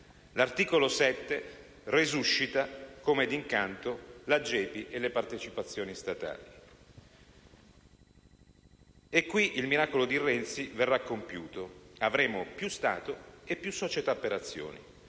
l'articolo 7 resuscita come d'incanto la GEPI e le partecipazioni statali. Qui il miracolo di Renzi verrà compiuto: avremo più Stato e più società per azioni.